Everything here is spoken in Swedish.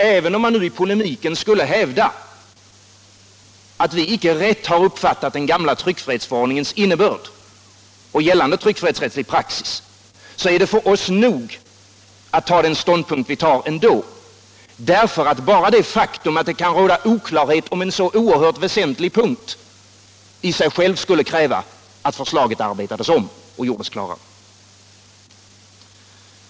Även om man nu i polemiken skulle hävda att vi icke rätt har uppfattat den gamla tryckfrihetsförordningens innebörd och gällande tryckfrihetsrättslig praxis, så är det ändå för oss nog att ha den ståndpunkt vi har. Bara det faktum att det kan råda oklarhet om en så oerhört väsentlig punkt skulle ju i sig själv kräva att förslaget arbetades om och gJordes klarare.